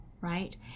right